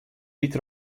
wyt